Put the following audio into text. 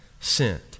sent